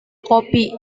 kopi